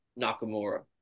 Nakamura